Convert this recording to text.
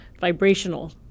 vibrational